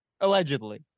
Allegedly